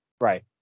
Right